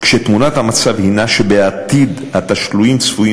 כשתמונת המצב הנה שבעתיד התשלומים צפויים